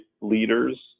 Leaders